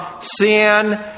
sin